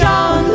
on